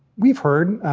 we've heard